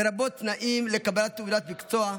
לרבות תנאים לקבלת תעודת מקצוע,